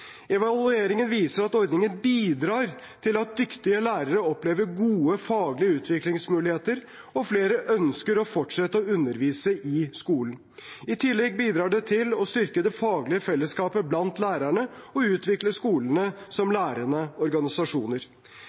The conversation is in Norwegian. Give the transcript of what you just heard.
Evalueringen viser at ordningen bidrar til at dyktige lærere opplever gode faglige utviklingsmuligheter, og flere ønsker å fortsette å undervise i skolen. I tillegg bidrar det til å styrke det faglige fellesskapet blant lærerne og utvikle skolene som lærende organisasjoner.